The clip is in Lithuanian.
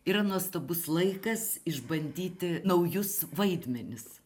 yra nuostabus laikas išbandyti naujus vaidmenis